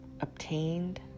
obtained